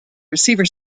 receiver